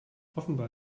offenbar